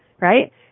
right